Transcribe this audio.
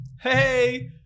hey